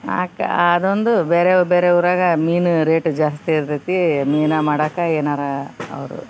ಆಕೆ ಅದೊಂದು ಬೇರೆ ಬೇರೆ ಊರಾಗೆ ಮೀನು ರೇಟ್ ಜಾಸ್ತಿ ಇರ್ತೈತಿ ಮೀನ ಮಾಡಾಕ ಏನಾರ ಅವ್ರ್